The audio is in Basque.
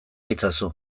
itzazu